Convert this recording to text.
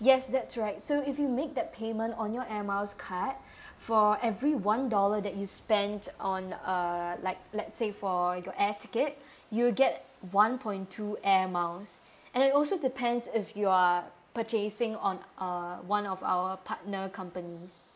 yes that's right so if you make that payment on your Air Miles card for every one dollar that you spent on uh like let's say for your air ticket you'll get one point two Air Miles and it also depends if you are purchasing on uh one of our partner companies